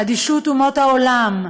אדישות אומות העולם,